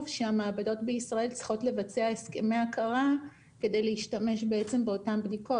שהמעבדות בישראל צריכות לבצע הסכמי הכרה כדי להשתמש באותן בדיקות,